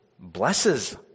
blesses